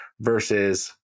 versus